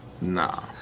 Nah